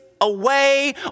away